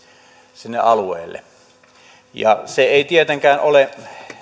sinne alueelle se ei tietenkään ole